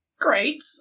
Great